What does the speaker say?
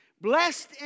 Blessed